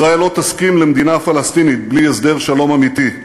ישראל לא תסכים למדינה פלסטינית בלי הסדר שלום אמיתי,